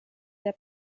der